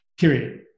period